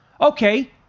Okay